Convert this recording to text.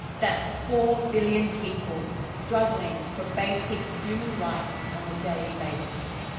that's four billion people struggling for basic human rights on a daily basis.